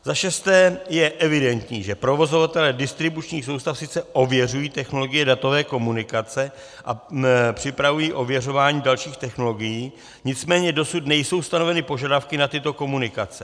Za šesté je evidentní, že provozovatelé distribučních soustav sice ověřují technologie datové komunikace a připravují ověřování dalších technologií, nicméně dosud nejsou stanoveny požadavky na tyto komunikace.